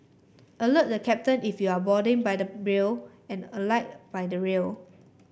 alert the captain if you're boarding by the and alight by the rear